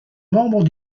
membres